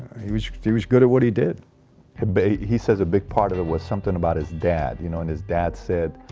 he was he was good at what he did he says a big part of it was something about his dad. you know and his dad said?